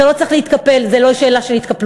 אתה לא צריך להתקפל וזו לא שאלה של התקפלות.